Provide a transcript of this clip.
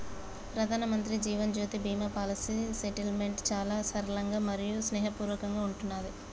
ప్రధానమంత్రి Jeevan Jyoti Bima policy settlement చాలా సరళంగా మరియు స్నేహపూర్వకంగా ఉంటున్నాది